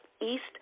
east